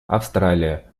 австралия